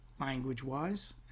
language-wise